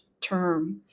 term